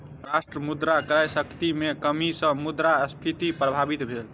राष्ट्र मुद्रा क्रय शक्ति में कमी सॅ मुद्रास्फीति प्रभावित भेल